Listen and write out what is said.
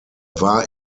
war